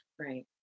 Right